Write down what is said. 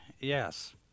Yes